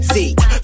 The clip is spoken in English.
See